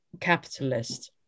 capitalist